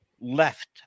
left